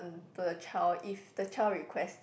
to the child if the child request